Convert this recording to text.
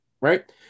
right